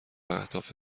اهداف